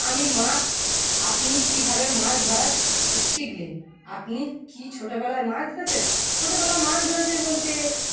আমি মাছ আপনি কীভাবে মাছ ধরার শিখলেন আপনি কি ছোটোবেলায় মাছ ধরেছে না ছোটোবেলায় মাছ ধরেছে বলতে